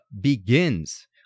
Begins